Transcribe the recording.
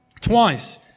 Twice